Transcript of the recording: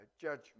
judgment